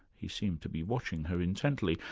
he seemed to be watching her intently.